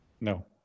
No